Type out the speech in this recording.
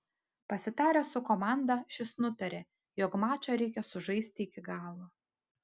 pasitaręs su komanda šis nutarė jog mačą reikia sužaisti iki galo